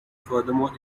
furthermore